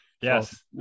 Yes